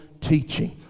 teaching